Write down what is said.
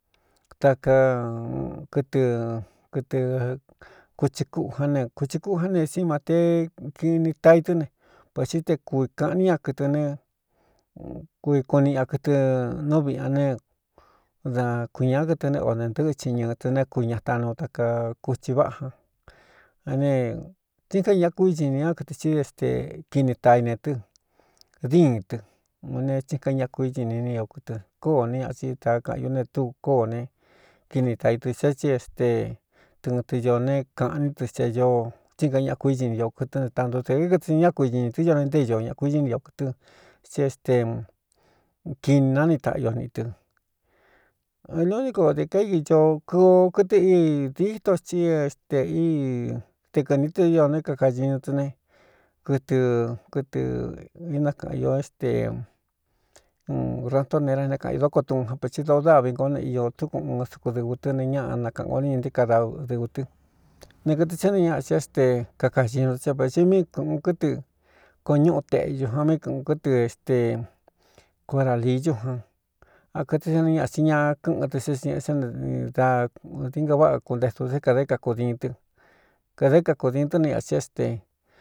Ta ka kɨtɨ kɨtɨ kuchi kuꞌū ján ne kūchi kuꞌu ján ne si mate kīꞌni tai tɨ́ ne vēxi te kui kāꞌan ní ña kɨtɨ ne kui kuniꞌi a kɨtɨ nú viꞌꞌ ñan ne da kuiñā kɨtɨ ne o ne ntɨ́ꞌchin ñɨɨ̄ tɨ né kuiñaꞌ tanuu taka kuchi váꞌa jan ane tsin kañaꞌa kúíñini ñá kɨtɨ sí este kini ta ine tɨ dín tɨ un ne tsín ka ñaꞌa kuíñin ni ni ño kɨtɨ kóó né atsi tākaꞌan ñu ne tú kóó ne kini ta i tɨ sé tsi éste tɨꞌɨntɨ ñ ne kāꞌní tɨ xa oo tsín ka ñaꞌa kuíñi ntio kɨtɨ́ ne tantu dēɨ kɨtɨ ñá kuiñinī tɨ́ ño ne ntéñ ñaꞌkuiñɨ́ ntio kɨtɨn tsí esteu kiꞌni náni taꞌa io niꞌi tɨ n léo ní ko dē kaíkicoo kuo kɨtɨ íi dito tsí éste te kɨnī tɨ io né kakañiñu tɨ ne kɨtɨ kɨtɨ inákaꞌan ió éste n graꞌntó nera né kaꞌan ī dóko tuꞌun jan pētsi dōo dávi ngoó ne io túkun uun suku dɨvɨ tɨ ne ñaꞌa nakaꞌan ko néñɨ nté ka dadɨvɨ tɨ ne kɨtɨ tsé nɨ ñaꞌa si é ste kakaxiñu tɨ́ sa vēsi mí kɨꞌun kɨ́tɨ koo ñúꞌu teꞌyu jan mí kɨꞌun kɨ́tɨ éste coraliyú jan a kɨte sá nɨ ñaꞌa tin ña kɨ́ꞌɨn tɨ sé sñeꞌ sán nen dakꞌdinga váꞌa kuntetudɨ kādé kakudiin tɨ kādā kakūdiin tɨ́ ne i axi é sten.